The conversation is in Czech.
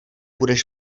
budeš